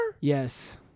Yes